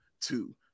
two